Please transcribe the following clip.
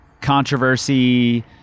controversy